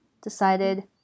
decided